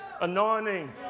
anointing